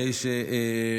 יושב כאן.